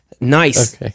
Nice